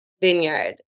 Vineyard